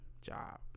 job